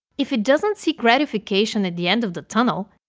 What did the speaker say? if it doesn't seek gratification at the end of the tunnel,